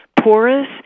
porous